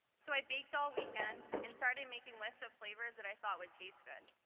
so i baked all weekend and started making less of flavors that i thought would taste good.